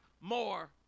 more